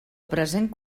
present